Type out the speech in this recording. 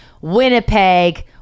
winnipeg